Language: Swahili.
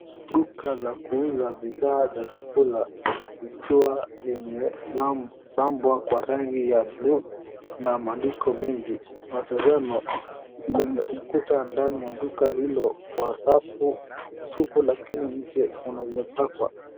Duka la kuuza bidhaa za chakula ikiwa limebandwa kwa rangi ya blue na maandiko mengi, materemo kwenye ukuta ndani ya duka hilo kwa safu tupo lakini nje kuna imepakwa.